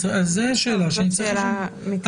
זו שאלה שנצטרך לשאול אותה.